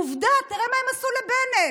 עובדות, תראה מה הם עשו לבנט: